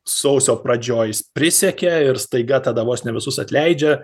sausio pradžioj jis prisiekia ir staiga tada vos ne visus atleidžia